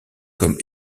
comme